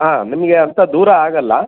ಹಾಂ ನಿಮಗೆ ಅಂಥ ದೂರ ಆಗಲ್ಲ